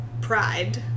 Pride